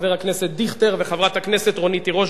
חבר הכנסת דיכטר וחברת הכנסת רונית תירוש.